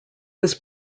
was